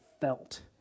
felt